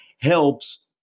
helps